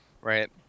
Right